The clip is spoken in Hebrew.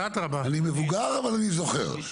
אני מבוגר, אבל אני זוכר.